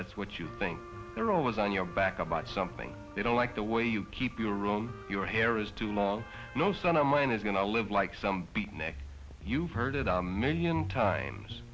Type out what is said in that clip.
that's what you think they're always on your back about something they don't like the way you keep your own your hair is too long no son of mine is going to live like some beatnik you've heard it on a million times